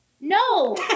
No